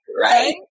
Right